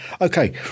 Okay